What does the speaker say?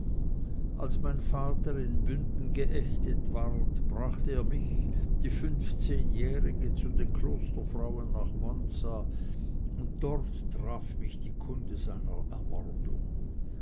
als mein vater in bünden geächtet ward brachte er mich die fünfzehnjährige zu den klosterfrauen nach monza und dort traf mich die kunde seiner ermordung